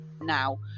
now